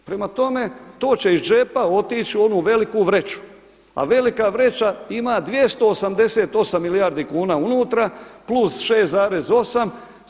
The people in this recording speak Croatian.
Prema tome, to će ih džepa otići u onu veliku vreću, a velika vreća ima 288 milijardi kuna unutra, plus 6,8.